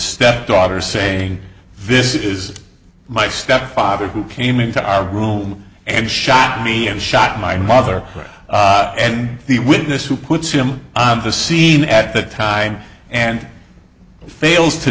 step daughter saying this is my stepfather who came into our room and shot me and shot my mother and the witness who puts him on the scene at the time and fails to